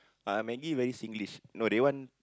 ah Maggi very Singlish no they want